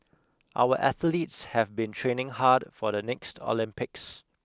our athletes have been training hard for the next Olympics